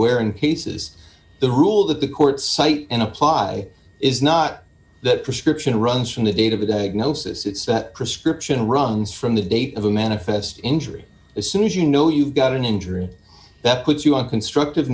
where and cases the rule that the courts cite and apply is not the prescription runs from the date of the diagnosis it's prescription runs from the date of a manifest injury as soon as you know you've got an injury that puts you on construct